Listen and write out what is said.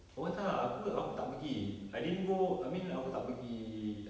oh tak aku aku tak pergi I didn't go I mean aku tak pergi